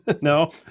No